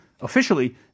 officially